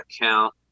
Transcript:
account